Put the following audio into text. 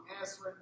answering